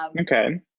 Okay